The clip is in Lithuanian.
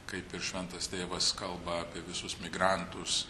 kaip ir šventas tėvas kalba apie visus migrantus